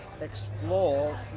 explore